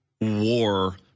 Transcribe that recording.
war